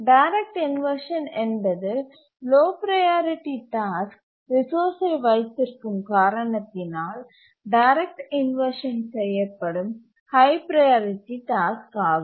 direct inversion என்பது low priority task ரிசோர்ஸ்சை வைத்திருக்கும் காரணத்தினால் டைரக்ட் இன்வர்ஷன் செய்யப்படும் ஹய் ப்ரையாரிட்டி டாஸ்க் ஆகும்